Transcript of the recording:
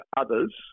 others